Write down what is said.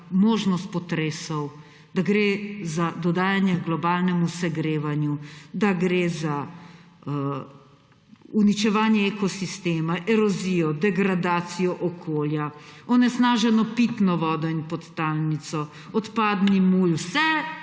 možnost potresov, da gre za dodajanje h globalnemu segrevanju, da gre za uničevanje ekosistema, erozijo, degradacijo okolja, onesnaženo pitno vodo in podtalnico, odpadni mulj, vse